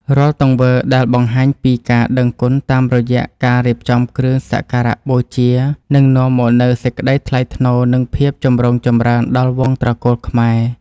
រាល់ទង្វើដែលបង្ហាញពីការដឹងគុណតាមរយៈការរៀបចំគ្រឿងសក្ការបូជានឹងនាំមកនូវសេចក្តីថ្លៃថ្នូរ និង ភាពចម្រុងចម្រើនដល់វង្សត្រកូលខ្មែរ។